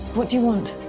what do you want?